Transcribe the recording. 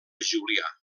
julià